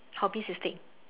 hobby sistic